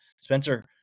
Spencer